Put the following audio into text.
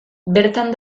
bertan